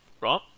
right